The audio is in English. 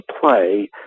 play